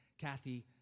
Kathy